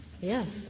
yes